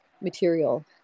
material